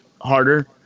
harder